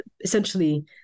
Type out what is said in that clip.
essentially